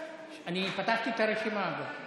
פתחתי את הרשימה הזו.